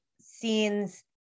scenes